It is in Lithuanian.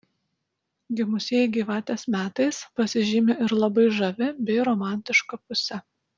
gimusieji gyvatės metais pasižymi ir labai žavia bei romantiška puse